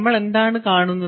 നമ്മൾ എന്താണ് കാണുന്നത്